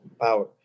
power